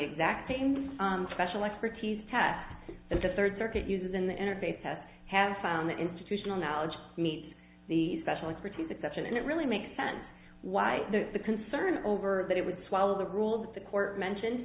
exact same special expertise test that the third circuit uses and the interface tests have found that institutional knowledge meet the special expertise exception and it really makes sense why the concern over that it would swallow the rules the court mentioned